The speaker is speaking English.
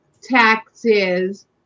taxes